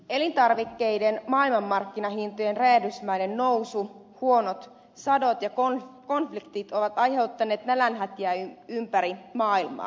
elintarvikkeiden maailmanmarkkinahintojen räjähdysmäinen nousu huonot sadot ja konfliktit ovat aiheuttaneet nälänhätiä ympäri maailmaa